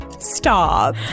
Stop